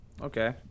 okay